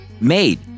made